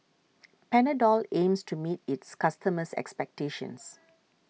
Panadol aims to meet its customers' expectations